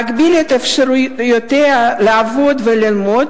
מגבילה את אפשרויותיה לעבוד וללמוד